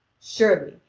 surely,